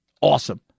awesome